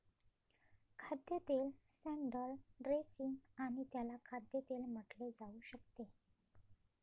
खाद्यतेल salad dressing आणि त्याला खाद्यतेल म्हटले जाऊ शकते